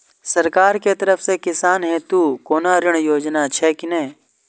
सरकार के तरफ से किसान हेतू कोना ऋण योजना छै कि नहिं?